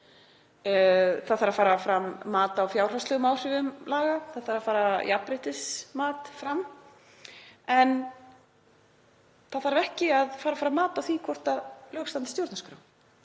Það þarf að fara fram mat á fjárhagslegum áhrifum laga, það þarf að fara fram jafnréttismat, en það þarf ekki að fara fram mat á því hvort lög standist stjórnarskrá.